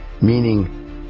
Meaning